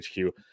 HQ